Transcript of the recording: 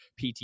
PT